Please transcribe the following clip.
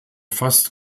fast